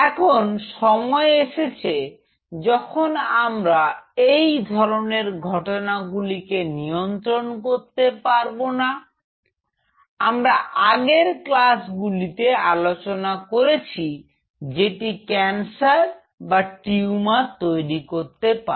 এখন সময় এসেছে যখন আমরা এই ধরনের ঘটনাগুলিকে নিয়ন্ত্রণ করতে পারব না আমরা আগের ক্লাস গুলিতে আলোচনা করেছি যেটি ক্যান্সার বা টিউমার তৈরি করতে পারে